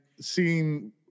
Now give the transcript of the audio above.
seeing